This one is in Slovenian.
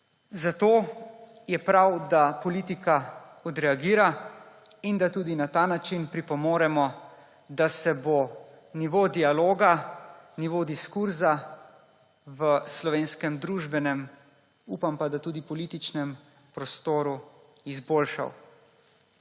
Zato je prav, da politika odreagira in da tudi na ta način pripomoremo, da se bo nivo dialoga, nivo diskurza v slovenskem družbenem, upam pa, da tudi političnem, prostoru izboljšal.